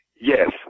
Yes